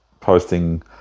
posting